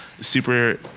super